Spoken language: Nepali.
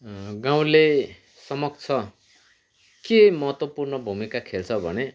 गाउँलेसमक्ष के महत्त्वपूर्ण भूमिका खेल्छ भने